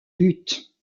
lutte